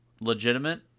legitimate